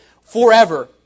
forever